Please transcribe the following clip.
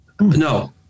No